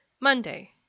Monday